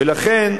ולכן,